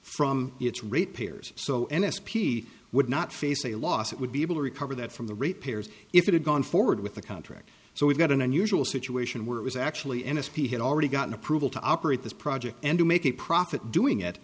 its rate payers so n s p would not face a loss it would be able to recover that from the repairs if it had gone forward with the contract so we've got an unusual situation where it was actually n s p had already gotten approval to operate this project and to make a profit doing it